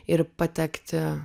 ir patekti